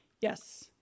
Yes